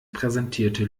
präsentierte